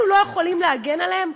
אנחנו לא יכולים להגן עליהם?